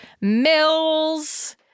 Mills